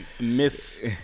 miss